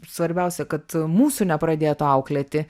svarbiausia kad mūsų nepradėtų auklėti